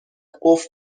قفل